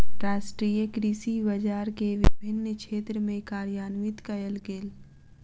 राष्ट्रीय कृषि बजार के विभिन्न क्षेत्र में कार्यान्वित कयल गेल